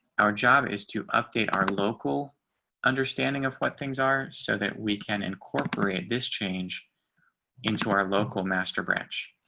our job is to update our local understanding of what things are so that we can incorporate this change into our local master branch.